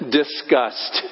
disgust